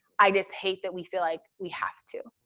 i just hate that we feel like we have to.